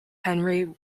henry